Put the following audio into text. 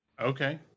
Okay